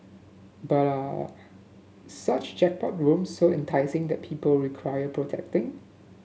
but are such jackpot rooms so enticing that people require protecting